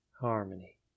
Harmony